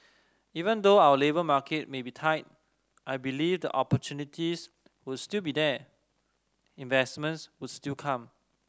even though our labour market may be tight I believe the opportunities would still be here investments would still come